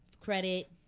Credit